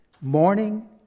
morning